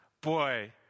boy